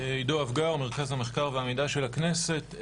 עידו אפגר, מרכז המחקר והמידע של הכנסת.